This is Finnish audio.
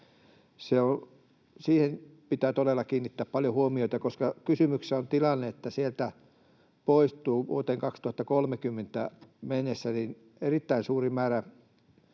Siihen pitää todella kiinnittää paljon huomiota, koska kysymyksessä on tilanne, että sieltä poistuu vuoteen 2030 mennessä erittäin suuri määrä